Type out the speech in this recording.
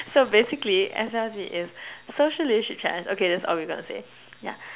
so basically S_L_C is social leadership challenge okay that's all we gonna say yeah